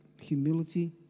humility